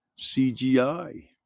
CGI